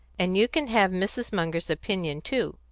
and you can have mrs. munger's opinion too.